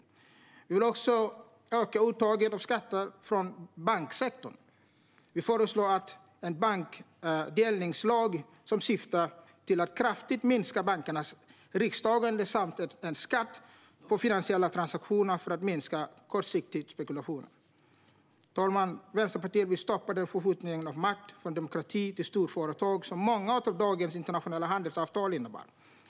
Vi vill också öka uttaget av skatter från banksektorn. Vi föreslår en bankdelningslag som syftar till att kraftigt minska bankernas risktagande samt en skatt på finansiella transaktioner för att minska kortsiktig spekulation. Fru talman! Vänsterpartiet vill stoppa den förskjutning av makt från demokratiska institutioner till storföretag som många av dagens internationella handelsavtal innebär.